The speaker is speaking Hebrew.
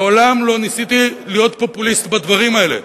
מעולם לא ניסיתי להיות פופוליסט בדברים האלה.